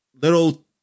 little